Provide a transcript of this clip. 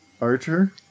Archer